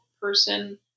person